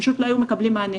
פשוט לא היו מקבלים מענה,